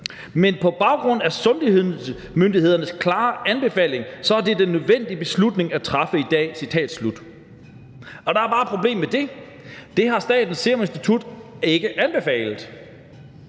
»Men på baggrund af sundhedsmyndighedernes klare anbefaling er det den nødvendige beslutning at træffe i Danmark«. Der er bare det problem med det, at det har Statens Serum Institut ikke anbefalet,